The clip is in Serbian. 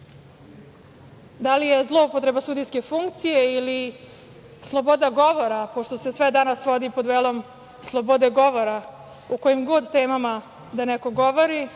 je zloupotreba sudijske funkcije ili sloboda govora, pošto se sve danas svodi pod velom slobode govora o kojim god temama da neko govori,